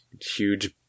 huge